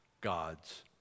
God's